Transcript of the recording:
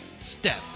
step